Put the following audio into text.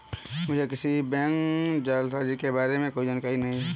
मुझें किसी भी बैंक जालसाजी के बारें में कोई जानकारी नहीं है